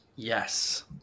Yes